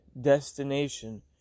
destination